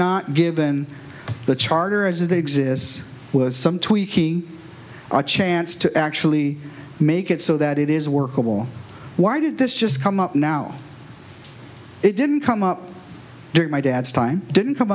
not given the charter as it exists with some tweaking our chance to actually make it so that it is workable why did this just come up now it didn't come up during my dad's time didn't come